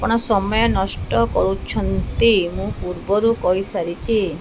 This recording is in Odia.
ଆପଣ ସମୟ ନଷ୍ଟ କରୁଛନ୍ତି ମୁଁ ପୂର୍ବରୁ କହିସାରିଛି